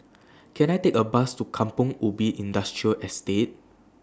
Can I Take A Bus to Kampong Ubi Industrial Estate